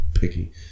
picky